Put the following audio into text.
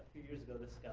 years ago this